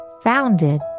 founded